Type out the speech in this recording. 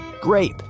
Grape